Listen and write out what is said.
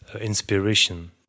inspiration